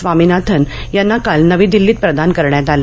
स्वामीनाथन यांना काल नवी दिल्लीत प्रदान करण्यात आला